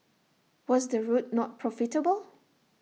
was the route not profitable